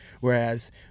whereas